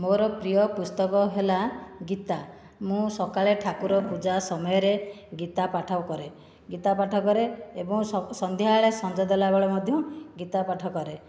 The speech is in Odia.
ମୋର ପ୍ରିୟ ପୁସ୍ତକ ହେଲା ଗୀତା ମୁଁ ସକାଳେ ଠାକୁର ପୂଜା ସମୟରେ ଗୀତା ପାଠ କରେ ଗୀତା ପାଠ କରେ ଏବଂ ସନ୍ଧ୍ୟାବେଳେ ସଞ୍ଜ ଦେଲାବେଳେ ମଧ୍ୟ ଗୀତା ପାଠ କରେ